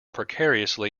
precariously